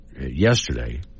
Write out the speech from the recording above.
yesterday